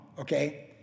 okay